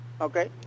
Okay